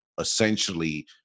essentially